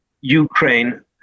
Ukraine